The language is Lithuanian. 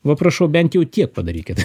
va prašau bent jau tiek padarykit